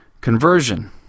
conversion